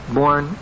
born